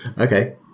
Okay